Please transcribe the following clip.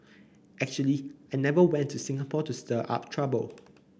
actually I never went to Singapore to stir up trouble